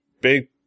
big